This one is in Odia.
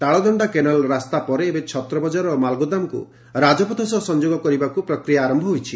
ତାଳଦଶ୍ତା କେନାଲ ରାସ୍ତା ପରେ ଏବେ ଛତ୍ରବକାର ଓ ମାଲଗୋଦାମକୁ ରାଜପଥ ସହ ସଂଯୋଗ କରିବାକୁ ପ୍ରକ୍ରିୟା ଆର ହୋଇଛି